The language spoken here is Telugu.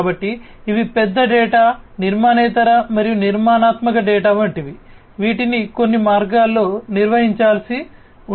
కాబట్టి ఇవి పెద్ద డేటా నిర్మాణేతర మరియు నిర్మాణాత్మక డేటా వంటివి వీటిని కొన్ని మార్గాల్లో నిర్వహించాల్సి ఉంటుంది